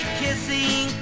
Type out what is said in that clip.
kissing